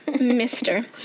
Mister